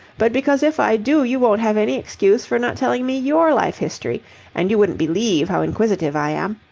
but because if i do you won't have any excuse for not telling me your life-history, and you wouldn't believe how inquisitive i am.